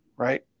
right